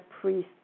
priests